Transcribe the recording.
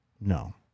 No